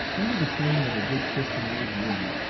under the training of a good christian old lady,